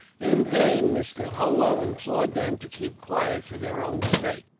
in vain, mr. holwell implored them to keep quiet, for their own sakes.